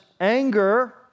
anger